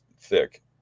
thick